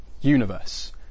universe